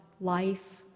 life